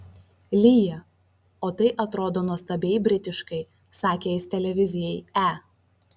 lyja o tai atrodo nuostabiai britiškai sakė jis televizijai e